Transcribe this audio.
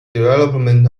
development